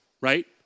right